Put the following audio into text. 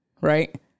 right